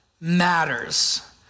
matters